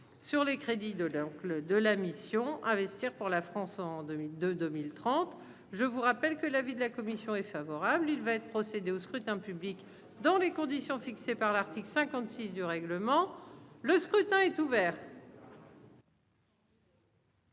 sur les crédits de l'oncle de la mission investir pour la France en 2002 2030, je vous rappelle que l'avis de la commission est favorable, il va être procédé au scrutin public dans les conditions fixées par l'article 56 du règlement, le scrutin est ouvert.